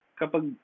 kapag